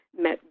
met